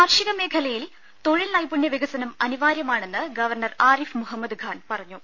കാർഷിക മേഖലയിൽ തൊഴിൽ നൈപുണ്യവികസനം അനി വാര്യമാണെന്ന് ഗവർണർ ആരിഫ് മുഹമ്മദ്ഖാൻ പറഞ്ഞു